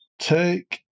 Take